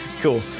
Cool